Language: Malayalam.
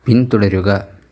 പിന്തുടരുക